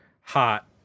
Hot